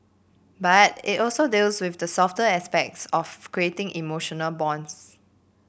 but it also deals with the softer aspects of creating emotional bonds